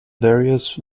various